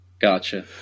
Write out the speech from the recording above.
Gotcha